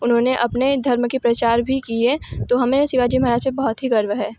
उन्होंने अपने धर्म के प्रचार भी किए तो हमें शिवाजी महाराज पर बहुत ही गर्व है